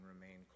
remain